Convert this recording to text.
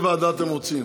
איזו ועדה אתם רוצים?